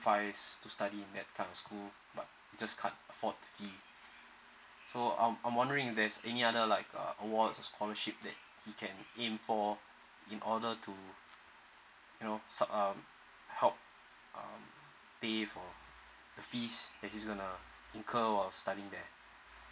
to study in that kind of school but just can't afford the fee so I'm I'm wondering if there's any other like uh awards scholarship that he can aim for in order to you know sub~ um help um pay for the fees that he is gonna incur while studying there